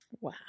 Wow